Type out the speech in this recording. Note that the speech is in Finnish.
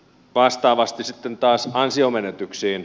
vastaavasti sitten taas ansionmenetyksiin